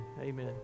amen